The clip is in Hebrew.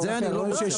את זה אני לא רוצה.